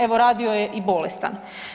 Evo radio je i bolestan.